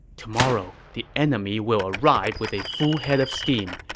tomorrow, the enemy will arrive with a full head of steam.